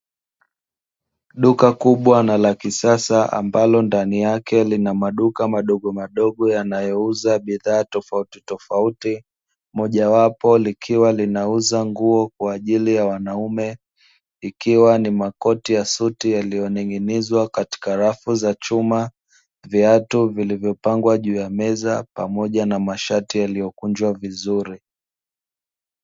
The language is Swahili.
Duka kubwa na la kisasa, ambalo ndani yake lina maduka madogomadogo yanayouza bidhaa tofautitofauti, mojawapo likiwa linauza nguo kwa ajili ya wanaume, ikiwa ni makoti ya suti yaliyoning'inizwa katika rafu za chuma, viatu vilivyopangwa juu ya meza pamoja na mashati yaliyokunjwa vizuri.